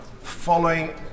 following